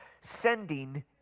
sending